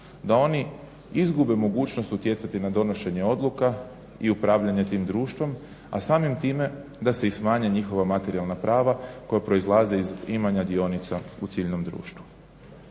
da oni izgube mogućnost utjecati na donošenje odluka i upravljanja tim društvom, a samim time da se i smanje njihova materijalna prava koja proizlaze iz imanja dionica u ciljnom društvu.